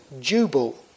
Jubal